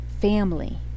family